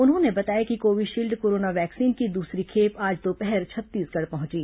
उन्होंने बताया कि कोविशील्ड कोरोना वैक्सीन की द्सरी खेप आज दोपहर छत्तीसगढ़ पहुंची